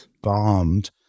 bombed